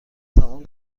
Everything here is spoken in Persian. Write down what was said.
تمام